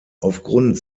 aufgrund